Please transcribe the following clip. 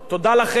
תודה רבה.